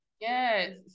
yes